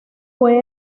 fue